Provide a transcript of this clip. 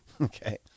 Okay